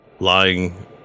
lying